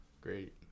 great